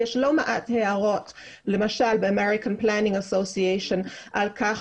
יש לא מעט הערות כמו למשל באמריקן פליינינג אסוסייאשן על כך